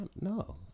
No